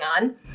on